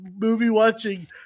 movie-watching